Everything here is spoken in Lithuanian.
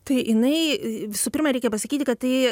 tai jinai visų pirma reikia pasakyti kad tai